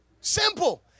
Simple